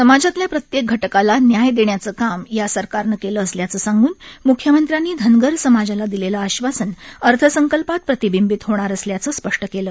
समाजातल्या प्रत्येक घटकाला न्याय देण्याचं काम या सरकारनं केलं असल्याचं सांगून मुख्यमंत्र्यांनी धनगर समाजाला दिलेलं आश्वासन अर्थसंकल्पात प्रतिबिंबत होणार असल्याचं स्पष्ट केलं